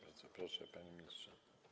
Bardzo proszę, panie ministrze.